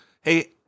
hey